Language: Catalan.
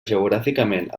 geogràficament